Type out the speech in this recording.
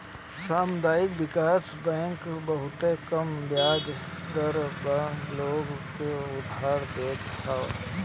सामुदायिक विकास बैंक बहुते कम बियाज दर पअ लोग के उधार देत हअ